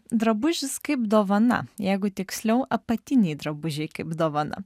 drabužis kaip dovana jeigu tiksliau apatiniai drabužiai kaip dovana